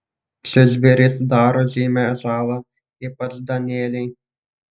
čia žvėrys daro žymią žalą ypač danieliai